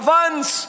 ones